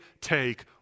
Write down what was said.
take